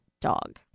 dog